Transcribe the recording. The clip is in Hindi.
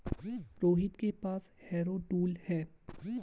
रोहित के पास हैरो टूल है